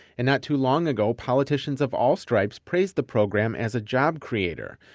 and not too long ago, politicians of all stripes praised the program as a job creator.